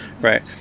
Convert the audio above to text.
right